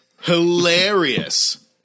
Hilarious